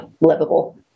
livable